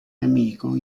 nemico